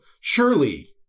surely